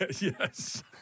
Yes